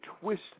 twist